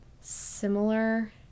similar